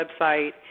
website